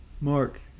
Mark